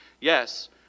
Yes